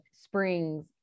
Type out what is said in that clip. springs